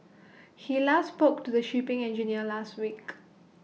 he last spoke to the shipping engineer last week